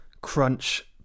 crunch